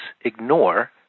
ignore